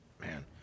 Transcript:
Man